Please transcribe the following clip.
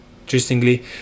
Interestingly